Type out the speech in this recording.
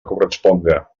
corresponga